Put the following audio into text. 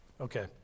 Okay